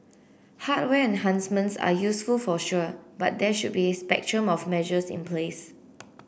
hardware enhancements are useful for sure but there should be a spectrum of measures in place